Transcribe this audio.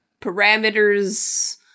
parameters